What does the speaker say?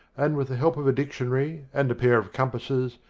and, with the help of a dictionary and a pair of compasses,